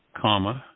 comma